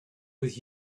with